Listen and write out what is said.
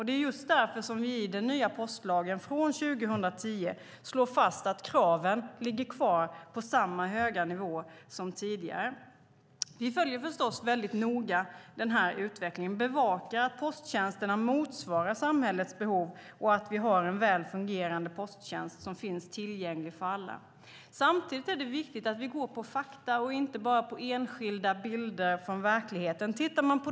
Det är därför som vi i den nya postlagen som trädde i kraft 2010 slår fast att kraven ligger kvar på samma höga nivå som tidigare. Vi följer förstås noga utvecklingen och bevakar att posttjänsterna motsvarar samhällets behov och att det finns en väl fungerande posttjänst tillgänglig för alla. Samtidigt är det viktigt att vi ser på fakta och inte bara på enskilda bilder från verkligheten.